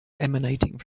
emanating